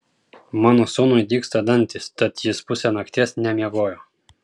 mano sūnui dygsta dantys tad jis pusę nakties nemiegojo